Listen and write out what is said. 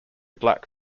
black